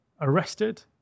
Arrested